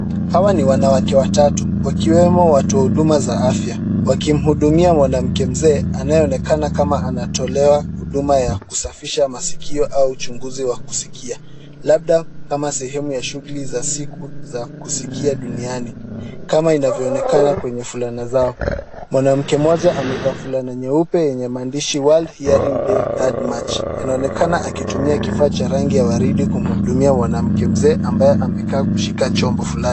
Hawa ni wanawake watatu wakiwemo watu wa huduma za afya wakimhudumia mwanamke mzee anayeonekana kama anatolewa huduma ya kusafisha masikio au uchunguzi wa kusikia labda kama sehemu ya shughuli za siku za kusikia duniani kama inavyoonekana kwenye fulana zao. Mwanamke mmoja amevaa fulana nyeupe yenye maandishi world hearing day third March . Inaonekana akitumia kifaa cha rangi ya waridi kumhudumia mwanamke mzee ambaye amekaa kushika chombo fulani.